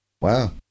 Wow